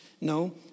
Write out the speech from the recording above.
No